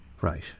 Right